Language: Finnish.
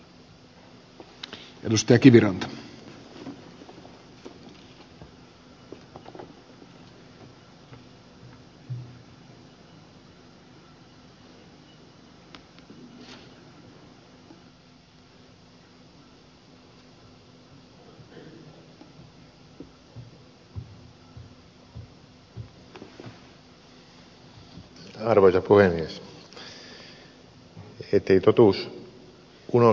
arvoisa puhemies